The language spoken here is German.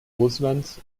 russlands